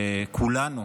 כולנו,